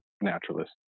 naturalist